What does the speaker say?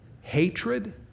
Hatred